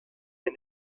мен